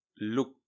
look